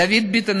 דוד ביטן,